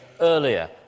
earlier